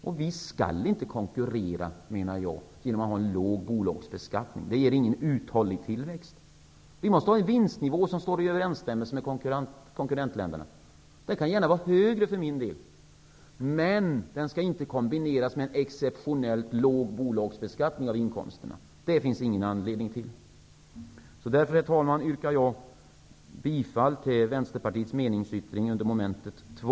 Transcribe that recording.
Jag menar att vi inte skall konkurrera med en låg bolagsbeskattning. Det ger ingen uthållig tillväxt. Vi måste ha en vinstnivå som står i överensstämmelse med den i konkurrentländerna. Den kan för min del gärna vara högre. Men den skall inte kompletteras med en exceptionellt låg bolagsbeskattning av inkomsterna. Det finns det inte någon anledning till. Herr talman! Jag yrkar bifall till Vänsterpartiets meningsyttring avseende mom. 2.